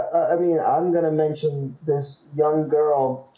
i mean, i'm gonna mention this young girl,